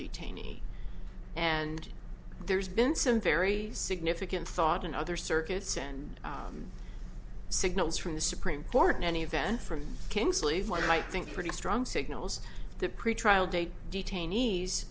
detainee and there's been some very significant thought in other circuits and signals from the supreme court in any event from kingsley one might think pretty strong signals that pretrial date detainees